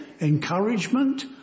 encouragement